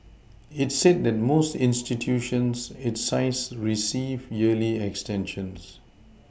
it said that most institutions its size receive yearly extensions